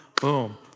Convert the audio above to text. Boom